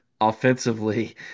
offensively